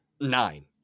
nine